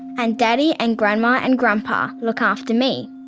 and daddy and grandma and grandpa look after me.